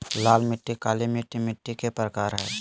लाल मिट्टी, काली मिट्टी मिट्टी के प्रकार हय